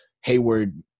Hayward